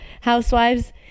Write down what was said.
Housewives